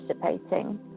participating